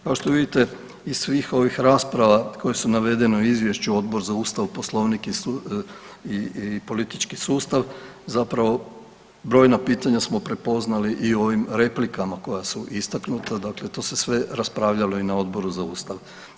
Kao što vidite iz svih ovih rasprava koje su navedene u izvješću Odbor za Ustav, Poslovnik i politički sustav zapravo brojna pitanja smo prepoznali i u ovim replikama koja su istaknuta, dakle to se sve raspravljalo i na Odboru za Ustav.